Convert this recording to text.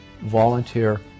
Volunteer